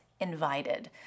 invited